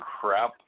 crap